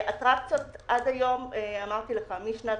משנת